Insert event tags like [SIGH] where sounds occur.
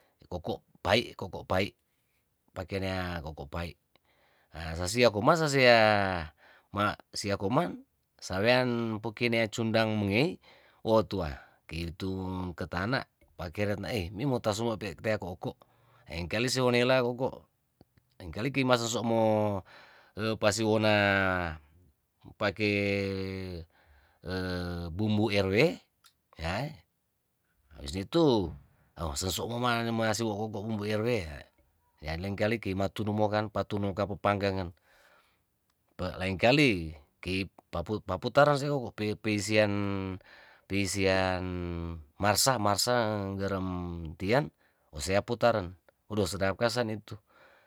Koko' pai koko' pai pakenea koko' pai sasia koma sasea ma' sia koma sawean pukine cundang mengi wotua itung ketana pakeren nae mimo satomo paitea ko oko' lengkali somonela oko' lengkali kimasoso' mo pasiona pake [HESITATION] bumbu erwe [HESITATION] abis itu asoso monemare wooko bumbu erwe yaa lengkali kimatunumongan patunung kapapangen pae laengkali kei paputaran seu pepeisian peisian marsa marsa engerem tian moseaputaran ohh sedap kasen itu.